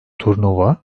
turnuva